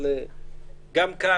אבל גם כאן,